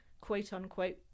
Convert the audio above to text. quote-unquote